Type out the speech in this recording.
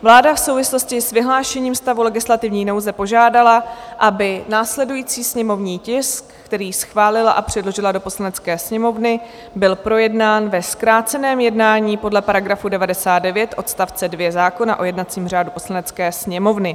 Vláda v souvislosti s vyhlášením stavu legislativní nouze požádala, aby následující sněmovní tisk, který schválila a předložila do Poslanecké sněmovny, byl projednán ve zkráceném jednání podle § 99 odst. 2 zákona o jednacím řádu Poslanecké sněmovny.